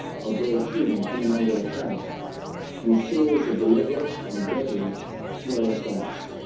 our very freedom came under attack in a series of deliberate and deadly terrorist acts